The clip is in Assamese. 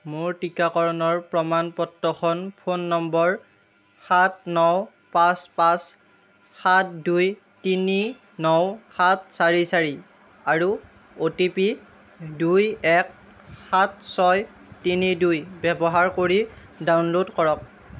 মোৰ টিকাকৰণৰ প্ৰমাণ পত্ৰখন ফোন নম্বৰ সাত ন পাঁচ পাঁচ সাত দুই তিনি ন সাত চাৰি চাৰি আৰু অ' টি পি দুই এক সাত ছয় তিনি দুই ব্যৱহাৰ কৰি ডাউনলোড কৰক